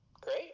Great